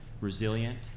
resilient